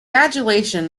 adulation